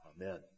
Amen